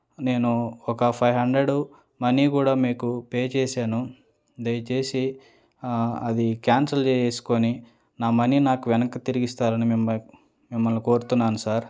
నేను ఒక five hundred money కూడా మీకు పే చేశాను దయచేసి అది క్యాన్సల్ చేసేసుకుని నా మనీ నాకు వెనక్కి తిరిగిస్తారని మిమ్మ మిమ్మల్ని కోరుతున్నాను సార్